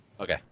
okay